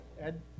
Ed